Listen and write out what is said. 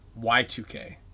Y2K